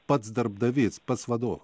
pats darbdavys pats vadovė